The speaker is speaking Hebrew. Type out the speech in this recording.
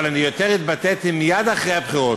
אבל יותר התבטאתי מייד אחרי הבחירות,